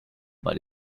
but